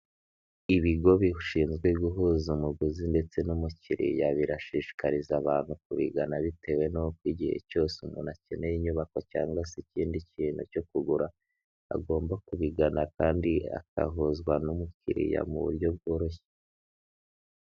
Ibigo bi bishinzwe guhuza umuguzi ndetse n'umukiriya, birashishikariza abantu kubigana, bitewe nuko igihe cyose umuntu akeneye inyubako cyangwa se ikindi kintu cyo kugura, agomba kubigana kandi agahuzwa n'umukiriya mu buryo bworoshye.